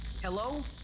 Hello